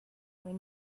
when